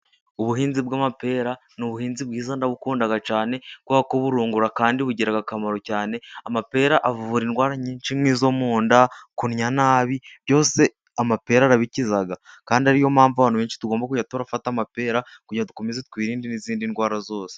Ubuhinzi bw'amapera ni ubuhinzi bwiza ndabukunda cyane, kubera ko burungura kandi bugira akamaro cyane. Amapera avura indwara nyinshi nk'izo mu nda kunnya nabi, byose amapera arabikiza. Kandi ari yo mpamvu abantu benshi tugomba kujya turafata amapera, kugira dukomeze twirinde n'izindi ndwara zose.